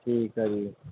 ਠੀਕ ਆ ਜੀ